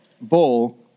bowl